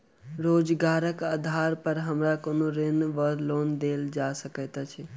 रोजगारक आधार पर हमरा कोनो ऋण वा लोन देल जा सकैत अछि?